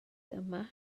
yma